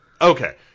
Okay